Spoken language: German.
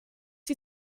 die